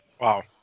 Wow